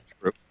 true